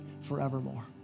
forevermore